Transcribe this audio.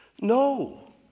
No